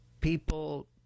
people